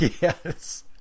Yes